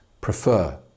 prefer